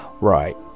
Right